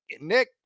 Nick